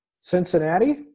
Cincinnati